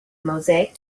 mosaic